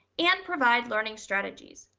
and provide learning strategies.